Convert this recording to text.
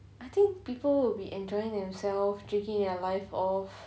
I think people will be enjoying themselves drinking their life off